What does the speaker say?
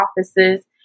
offices